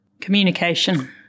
Communication